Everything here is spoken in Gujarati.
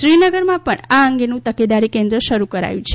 શ્રીનગરમાં પણ આ અંગેનું તકેદારી કેન્દ્ર શરૂ કરાયું છે